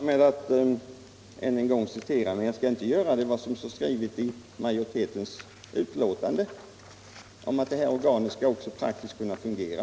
Herr talman! Jag kan, men gör det inte, svara med att än en gång citera vad som står i majoritetens skrivning om att detta organ även praktiskt skall kunna fungera.